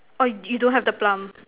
orh you don't have the plum